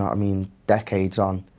i mean, decades on,